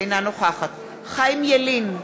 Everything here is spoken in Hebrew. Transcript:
אינה נוכחת חיים ילין,